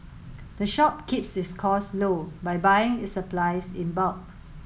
the shop keeps its costs low by buying its supplies in bulk